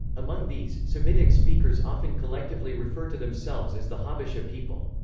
among these, semitic speakers often collectively refer to themselves as the habesha people.